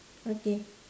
okay